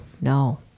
no